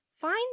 find